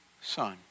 son